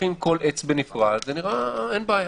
כשלוקחים כל עץ בנפרד זה נראה שאין בעיה.